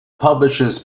publishes